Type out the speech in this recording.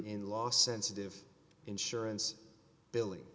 in law sensitive insurance billing